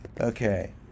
okay